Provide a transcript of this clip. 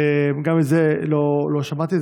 גם את זה לא שמעתי.